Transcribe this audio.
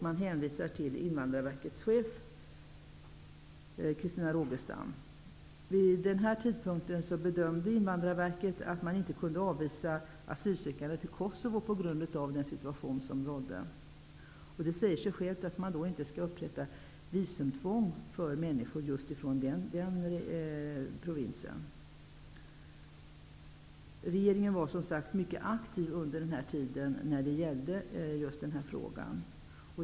Man hänvisar till Invandrarverkets förra chef Christina Rogestam. Vid denna tidpunkt bedömde Invandrarverket att man inte kunde avvisa asylsökande till Kosovo på grund av den situation som rådde. Det säger sig självt att man då inte skall upprätta visumtvång för människor från just nämnda provins. Regeringen var, som sagt, mycket aktiv i just denna fråga under den här tiden.